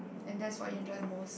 and that's what you enjoy the most